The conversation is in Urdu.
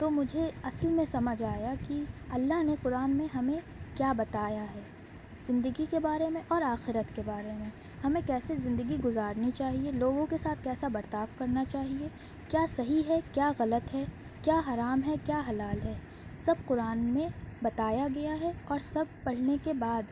تو مجھے اصل میں سمجھ آیا کہ اللہ نے قرآن میں ہمیں کیا بتایا ہے زندگی کے بارے میں اور آخرت کے بارے میں ہمیں کیسے زندگی گزارنی چاہیے لوگوں کے ساتھ کیسا برتاؤ کرنا چاہیے کیا صحیح ہے کیا غلط ہے کیا حرام ہے کیا حلال ہے سب قرآن میں بتایا گیا ہے اور سب پڑھنے کے بعد